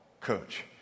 coach